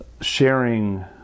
sharing